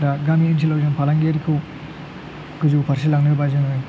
दा गामि ओनसोलाव जों फालांगियारिखौ गोजौ फारसे लांनोबा जोङो